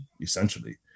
essentially